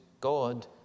God